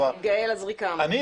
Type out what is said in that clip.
גאל אזריאל ממשרד המשפטים.